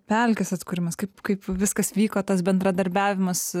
pelkės atkūrimas kaip kaip viskas vyko tas bendradarbiavimas